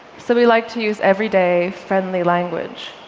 so we like to use everyday, friendly language.